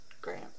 grant